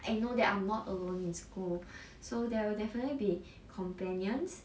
and I know that I am not alone in school so there will definitely be companions